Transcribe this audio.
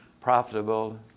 profitable